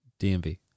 DMV